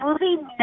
movie